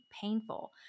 painful